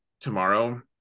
tomorrow